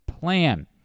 plan